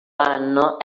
anno